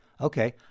Okay